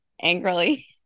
angrily